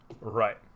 right